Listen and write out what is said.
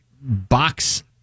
box